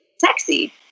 sexy